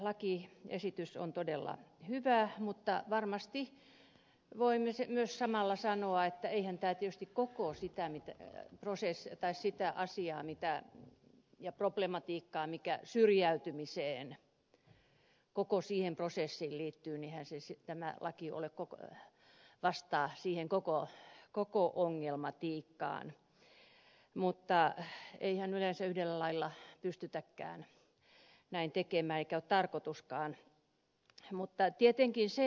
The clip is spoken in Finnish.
tämä lakiesitys on todella hyvä mutta varmasti voimme samalla myös sanoa että eihän tämä laki tietysti koko sitä miten prosessia tai sitä siihen asiaan ja problematiikkaan mikä syrjäytymiseen koko siihen prosessiin liittyy eihän tämä laki vastaa koko ongelmatiikkaan mutta eihän yleensä yhdellä lailla pystytäkään näin tekemään eikä ole tarkoituskaan